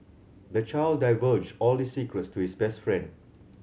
the child divulged all his secrets to his best friend